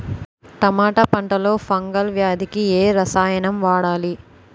టమాటా పంట లో ఫంగల్ వ్యాధికి ఏ రసాయనం వాడాలి?